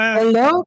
Hello